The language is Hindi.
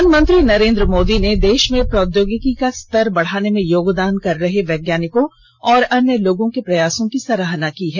प्रधानमंत्री नरेन्द्र मोदी ने देश में प्रौद्योगिकी का स्तर बढाने में योगदान कर रहे वैज्ञानिकों और अन्य लोगों के प्रयासों की सराहना की है